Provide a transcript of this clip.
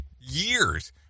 years